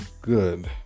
good